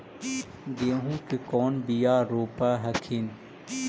गेहूं के कौन बियाह रोप हखिन?